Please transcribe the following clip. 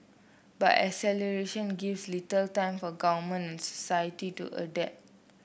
but acceleration gives little time for government society to adapt